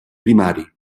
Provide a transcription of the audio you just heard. primari